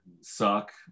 suck